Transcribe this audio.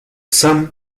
sam